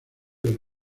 del